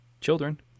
children